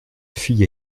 fille